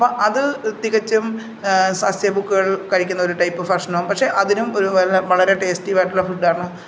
അപ്പോൾ അതു തികച്ചും സസ്യ ബുക്കുകൾ കഴിക്കുന്നൊരു ടൈപ് ഭക്ഷണം പക്ഷെ അതിനും ഒരു നല്ല വളരെ ടേസ്റ്റീയായിട്ടുള്ള ഫുഡ്ഡാണ്